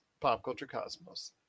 PopCultureCosmos